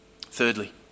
Thirdly